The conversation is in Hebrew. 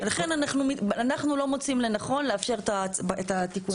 אנחנו לא מוצאים לנכון לאפשר את התיקון הזה.